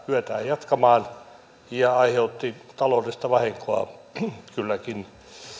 kyetään jatkamaan ja aiheutti taloudellista vahinkoa kylläkin